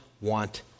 want